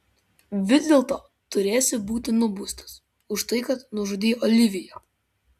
vis dėlto turėsi būti nubaustas už tai kad nužudei oliviją